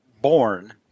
born